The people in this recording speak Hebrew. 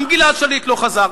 גם גלעד שליט לא חזר,